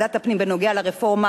בוועדת הפנים בנוגע לרפורמה